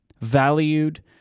valued